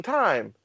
time